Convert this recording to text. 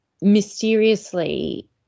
mysteriously